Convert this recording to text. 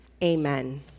amen